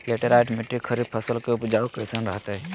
Laterite मिट्टी खरीफ फसल के उपज कईसन हतय?